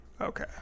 Okay